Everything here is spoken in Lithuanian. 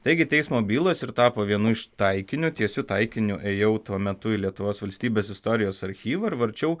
taigi teismo bylas ir tapo vienu iš taikiniu tiesiu taikiniu ėjau tuo metu į lietuvos valstybės istorijos archyvą ir varčiau